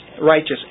righteous